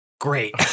great